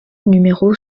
numéro